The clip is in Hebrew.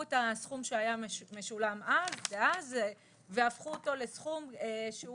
את הסכום שהיה משולם אז והפכו אותו לסכום שהוא